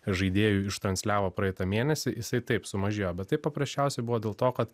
žaidėjų ištransliavo praeitą mėnesį jisai taip sumažėjo bet tai paprasčiausiai buvo dėl to kad